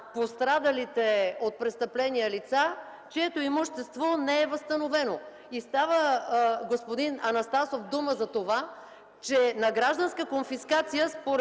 пострадалите от престъпления лица, чието имущество не е възстановено. Господин Анастасов, става дума за това, че на гражданска конфискация, според